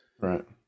Right